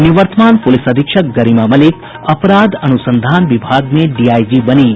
निवर्तमान पुलिस अधीक्षक गरिमा मलिक अपराध अनुसंधान विभाग में डीआईजी बनीं